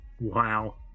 Wow